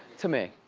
to me.